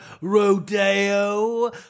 Rodeo